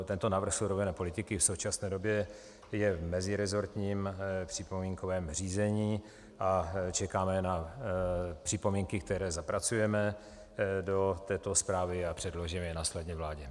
Tento návrh surovinové politiky je v současné době v meziresortním připomínkovém řízení a čekáme na připomínky, které zapracujeme do této zprávy, a předložíme ji následné vládě.